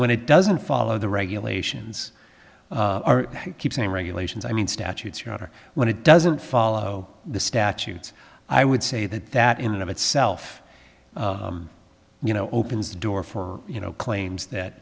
when it doesn't follow the regulations are keeping regulations i mean statutes or not or when it doesn't follow the statutes i would say that that in and of itself you know opens the door for you know claims that